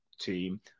team